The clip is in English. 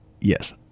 Yes